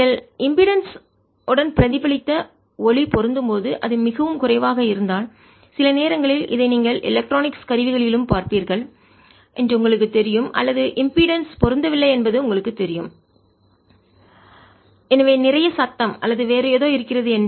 நீங்கள் இம்பீடன்ஸ் மின் மறுப்புடன்உடன் பிரதிபலித்த ஒளி பொருத்தும் போது அது மிகவும் குறைவாக இருந்தால் சில நேரங்களில் இதை நீங்கள் எலக்ட்ரானிக்ஸ் மின்னணு கருவிகளிலும் பார்க்கிறீர்கள் என்று உங்களுக்குத் தெரியும் அல்லது இம்பீடன்ஸ் மின் மறுப்பு பொருந்தவில்லை என்பது உங்களுக்குத் தெரியும் எனவே நிறைய சத்தம் அல்லது வேறு ஏதோ இருக்கிறது